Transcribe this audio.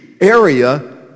area